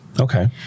Okay